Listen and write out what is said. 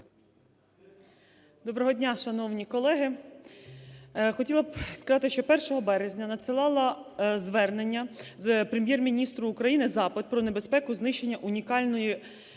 Доброго дня, шановні колеги! Хотіла б сказати, що 1 березня надсилала звернення Прем'єр-міністру України (запит) про небезпеку знищення унікальної